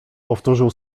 powtórzył